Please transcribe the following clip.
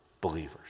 believers